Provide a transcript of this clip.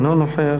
אינו נוכח,